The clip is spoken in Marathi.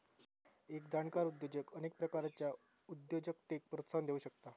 एक जाणकार उद्योजक अनेक प्रकारच्या उद्योजकतेक प्रोत्साहन देउ शकता